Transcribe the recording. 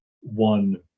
one